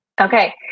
Okay